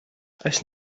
als